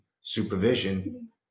supervision